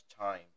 time